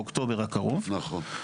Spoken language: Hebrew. באוקטובר הקרוב,